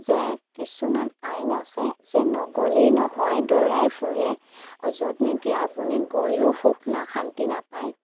যে কিছুমান আইন আছে যে নগ'লেই নহয় দৌৰাই ফুৰে য'ত নেকি আপুনি গৈয়ো সুখ নাপায় শান্তি নাপায়